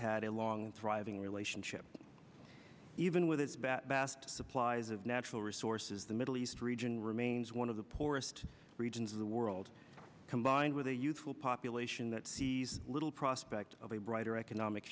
had a long thriving relationship even with its vast supplies of natural resources the middle east region remains one of the poorest regions of the world combined with a youthful population that sees little prospect of a brighter economic